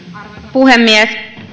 puhemies me